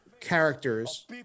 characters